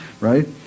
right